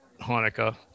Hanukkah